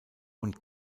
und